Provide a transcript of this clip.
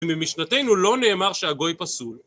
ממשנתנו לא נאמר שהגוי פסול